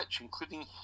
including